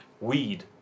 Weed